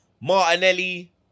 Martinelli